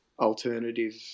alternative